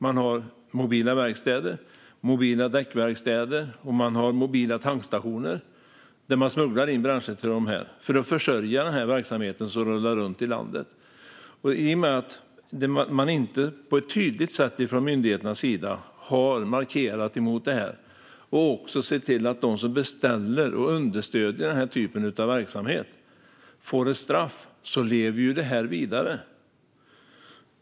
Man har mobila verkstäder, mobila däckverkstäder och mobila tankstationer. Man smugglar in bränsle för att försörja den här verksamheten, som rullar runt i landet. Myndigheterna har inte på ett tydligt sätt markerat emot detta och sett till att de som beställer och understöder den här typen av verksamhet får ett straff. Därför lever det också vidare.